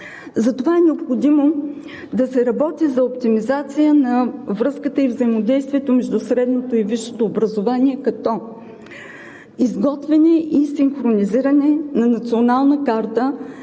Затова е необходимо да се работи за оптимизация на връзката и взаимодействието между средното и висшето образование, като: - Изготвяне и синхронизиране на национална карта